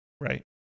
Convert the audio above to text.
Right